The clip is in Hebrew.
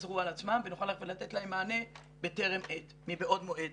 יחזרו על עצמם ונוכל ללכת ולתת להם מענה מבעוד מועד.